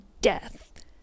death